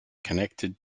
connected